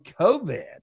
COVID